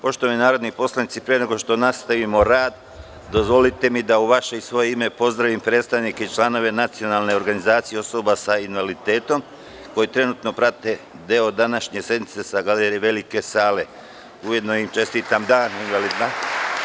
Poštovani narodni poslanici, pre nego što nastavimo rad, dozvolite mi da u vaše i u svoje ime pozdravim predstavnike i članove Nacionalne organizacije osoba sa invaliditetom, koji trenutno prate deo današnje sednice sa galerije Velike sale, s obzirom da je danas međunarodni Dan osoba sa invaliditetom.